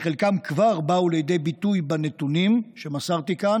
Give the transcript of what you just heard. חלקם כבר באו לידי ביטוי בנתונים שמסרתי כאן